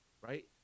Right